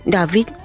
David